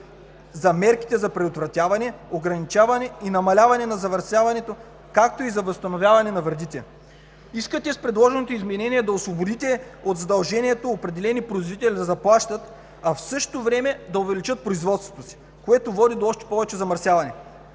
за мерките за предотвратяване, ограничаване и намаляване на замърсяването, както и за възстановяване на вредите“. С предложеното изменение искате да освободите от задължението определени производители да заплащат, а в същото време да увеличат производството си, което води до още повече замърсяване.